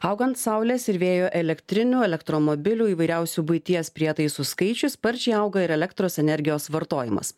augant saulės ir vėjo elektrinių elektromobilių įvairiausių buities prietaisų skaičius sparčiai auga ir elektros energijos vartojimas